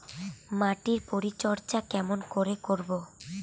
মাটির পরিচর্যা কেমন করে করব?